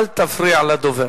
אל תפריע לדובר.